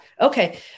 Okay